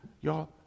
Y'all